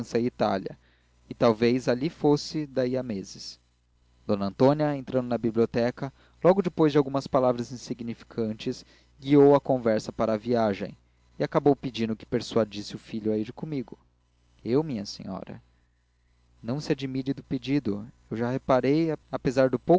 e itália e talvez ali fosse daí a meses d antônia entrando na biblioteca logo depois de algumas palavras insignificantes guiou a conversa para a viagem e acabou pedindo que persuadisse o filho a ir comigo eu minha senhora não se admire do pedido eu já reparei apesar do